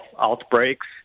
outbreaks